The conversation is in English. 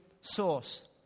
source